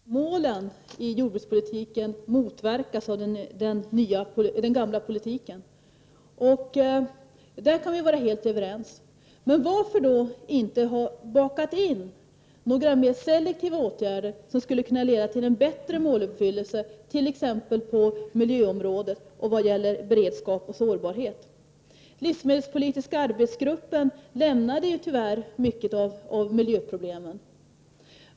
Herr talman! Hans Gustafsson sade i sitt anförande att målen i jordbrukspolitiken motverkas av den gamla politiken. På den punkten är vi helt överens. Men varför då inte baka in mer selektiva åtgärder som kan leda till en bättre måluppfyllelse, t.ex. på miljöområdet och vad gäller beredskap och sårbarhet? Den livsmedelspolitiska arbetsgruppen lämnade tyvärr mycket av miljöproblemen.